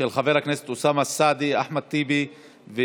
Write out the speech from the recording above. של חברי הכנסת אוסאמה סעדי, אחמד טיבי וסונדוס